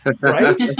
Right